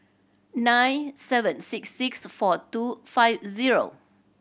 nine seven six six four two five zero